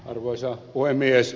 arvoisa puhemies